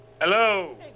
Hello